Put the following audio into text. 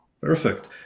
Perfect